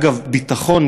אגב ביטחון,